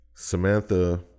Samantha